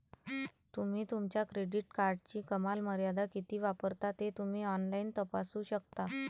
तुम्ही तुमच्या क्रेडिट कार्डची कमाल मर्यादा किती वापरता ते तुम्ही ऑनलाइन तपासू शकता